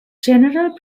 general